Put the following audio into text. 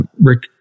rick